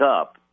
up